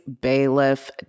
Bailiff